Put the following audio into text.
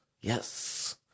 Yes